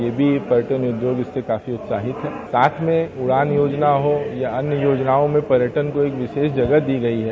यह भी पर्यटन उद्योग इससे काफी उत्साहित है साथ में उड़ान योजना हो या अन्य योजनाओं मे पर्यटन को एक विशेष जगह दी गई है